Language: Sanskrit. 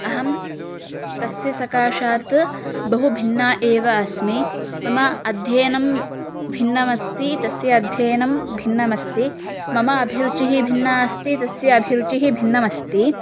अहं तस्य सकाशात् बहुभिन्ना एव अस्मि मम अध्ययनं भिन्नम् अस्ति तस्य अध्ययनं भिन्नम् अस्ति मम अभिरुचिः भिन्ना अस्ति तस्य अभिरुचिः भिन्नम् अस्ति